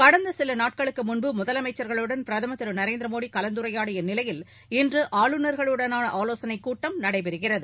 கடந்த சில நாட்களுக்கு முன்பு முதலமைச்சர்களுடன் பிரதமர் திரு நரேந்திர மோடி கலந்துரையாடிய நிலையில் இன்று ஆளுநர்கள் உடனான ஆலோசனைக் கூட்டம் நடைபெறுகிறது